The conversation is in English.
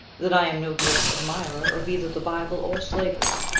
that i am no great admirer of either the bible or slavery.